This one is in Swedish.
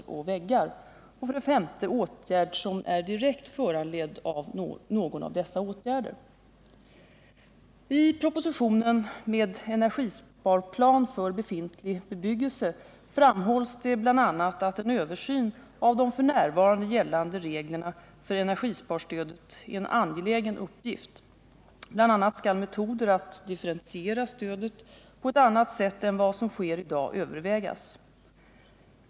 5. åtgärd som är direkt föranledd av någon av dessa åtgärder. I propositionen med energisparplan för befintlig bebyggelse framhålls det bl.a. att en översyn av de f. n. gällande reglerna för energisparstödet är en angelägen uppgift. Bl. a. skall metoder att differentiera stödet på ett annat sätt än vad som sker i dag övervägas.